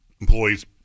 employees